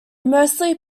mostly